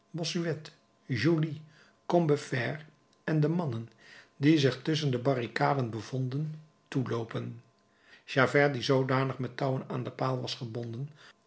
bossuet joly combeferre en de mannen die zich tusschen de barricaden bevonden toeloopen javert die zoodanig met touwen aan den paal was gebonden